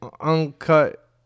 uncut